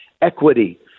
equity